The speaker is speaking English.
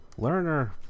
Lerner